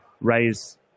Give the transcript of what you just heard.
raise